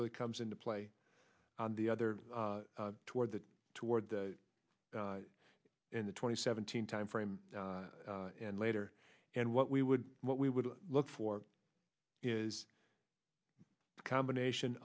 really comes into play on the other toward the toward the in the twenty seventeen timeframe and later and what we would what we would look for is a combination